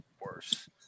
worse